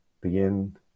begin